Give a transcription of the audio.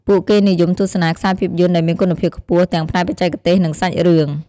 ពួកគេនិយមទស្សនាខ្សែភាពយន្តដែលមានគុណភាពខ្ពស់ ទាំងផ្នែកបច្ចេកទេស និងសាច់រឿង។